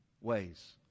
ways